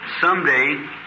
Someday